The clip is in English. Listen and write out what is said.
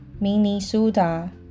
Minnesota